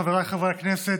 חבריי חברי הכנסת,